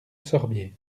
sorbiers